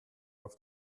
auf